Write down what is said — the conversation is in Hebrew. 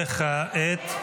וכעת?